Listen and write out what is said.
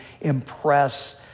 impress